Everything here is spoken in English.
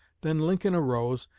then lincoln arose,